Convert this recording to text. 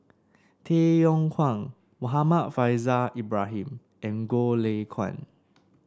Tay Yong Kwang Muhammad Faishal Ibrahim and Goh Lay Kuan